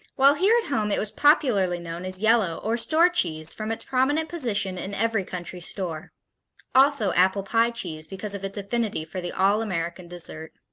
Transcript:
while here at home it was popularly known as yellow or store cheese from its prominent position in every country store also apple-pie cheese because of its affinity for the all-american dessert.